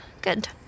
Good